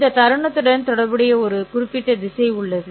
இந்த தருணத்துடன் தொடர்புடைய ஒரு குறிப்பிட்ட திசை உள்ளது